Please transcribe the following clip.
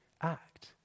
act